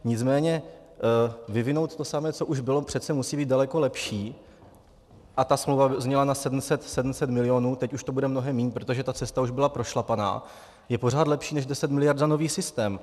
Nicméně vyvinout to samé, co už bylo, přece musí být daleko lepší a ta smlouva zněla na 700 milionů, teď už to bude mnohem míň, protože ta cesta už byla prošlapaná je pořád lepší než 10 miliard za nový systém.